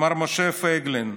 מר משה פייגלין,